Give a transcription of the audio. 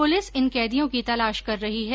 police इन कैदियों की तलाश कर रही है